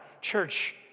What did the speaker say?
church